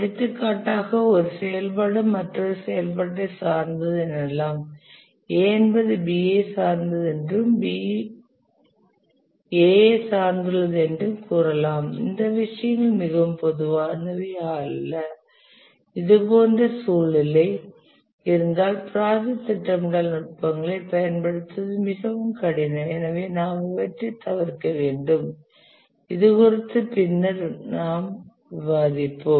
எடுத்துக்காட்டாக ஒரு செயல்பாடு மற்றொரு செயல்பாட்டைச் சார்ந்தது எனலாம் A என்பது B ஐச் சார்ந்தது என்றும் மீண்டும் B A ஐ சார்ந்துள்ளது என்றும் கூறலாம் இந்த விஷயங்கள் மிகவும் பொதுவானவை அல்ல இதுபோன்ற சூழ்நிலை இருந்தால் ப்ராஜெக்ட் திட்டமிடல் நுட்பங்களைப் பயன்படுத்துவது மிகவும் கடினம் எனவே நாம் இவற்றை தவிர்க்க வேண்டும் இது குறித்து பின்னர் நாம் விவாதிப்போம்